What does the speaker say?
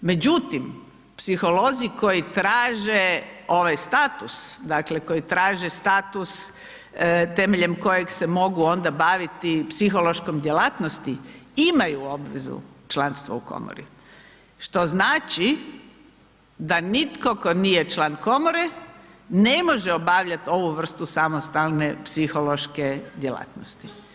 Međutim, psiholozi koji traže ovaj status, dakle koji traže status temeljem kojeg se mogu onda baviti psihološkom djelatnosti, imaju obvezu članstva u komori što znači da nitko tko nije član komore, ne može obavljati ovu vrstu samostalne psihološke djelatnosti.